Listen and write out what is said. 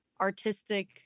artistic